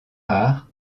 rares